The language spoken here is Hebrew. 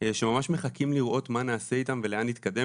שממש מחכים לראות מה נעשה איתם ולאן אנחנו נתקדם